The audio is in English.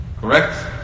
Correct